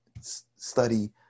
study